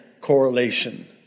correlation